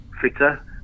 fitter